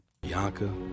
Bianca